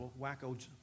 wacko